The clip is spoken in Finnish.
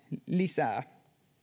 lisää